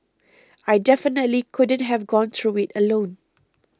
I definitely couldn't have gone through it alone